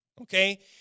okay